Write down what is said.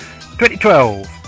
2012